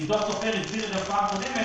עידו סופר הסביר את זה בפעם הקודמת